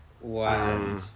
Wow